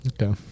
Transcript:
Okay